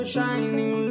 Shining